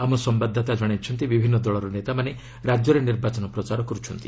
ଆମ ସମ୍ଭାଦଦାତା ଜଣାଇଛନ୍ତି ବିଭିନ୍ନ ଦଳର ନେତାମାନେ ରାକ୍ୟରେ ନିର୍ବାଚନ ପ୍ରଚାର କରୁଛନ୍ତି